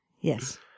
Yes